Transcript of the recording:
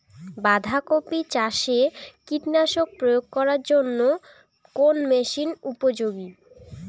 বাঁধা কপি চাষে কীটনাশক প্রয়োগ করার জন্য কোন মেশিন উপযোগী?